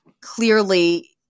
clearly